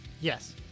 Yes